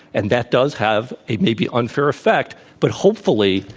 and that does have a maybe unfair effect. but hopefully,